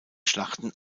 schlachten